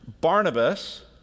Barnabas